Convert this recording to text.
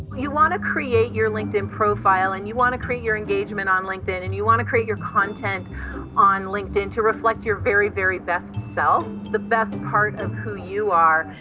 you wanna create your linkedin profile and you wanna create your engagement on linkedin, and you wanna create your content on linkedin to reflect your very, very best self. the best part of who you are.